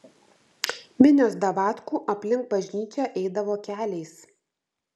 minios davatkų aplink bažnyčią eidavo keliais